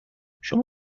شما